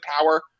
power